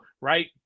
right